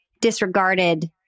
disregarded